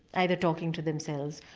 either talking to themselves,